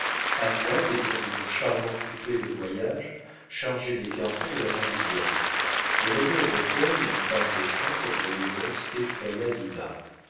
descendit d'un charmant coupé de voyage chargé des cartons de la parisienne elle avait avec elle une femme de chambre dont l'élégance effraya dinah